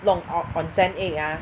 弄 on~ onsen egg ah